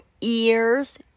ears